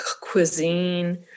cuisine